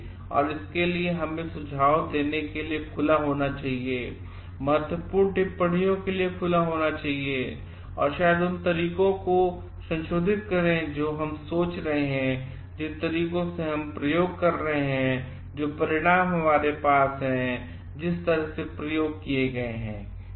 और इसके लिए हमें सुझाव देने के लिए खुला होना चाहिए महत्वपूर्ण टिप्पणियों के लिए खुला होना चाहिए शायद उन तरीकों को संशोधित करें जो हम सोच रहे हैं जिन तरीकों से हम प्रयोग कर रहे हैं जो परिणाम आपके पास हैं जिस तरह से प्रयोग किए गए हैं